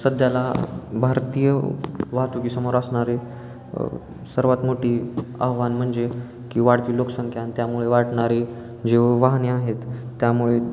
सध्याला भारतीय वाहतुकीसमोर असणारे सर्वात मोठे आव्हान म्हणजे की वाढती लोकसंख्या आणि त्यामुळे वाढणारे जे वाहने आहेत त्यामुळे